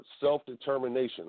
Self-Determination